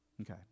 Okay